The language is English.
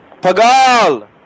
Pagal